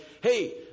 hey